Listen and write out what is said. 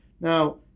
Now